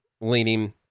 leaning